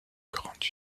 grande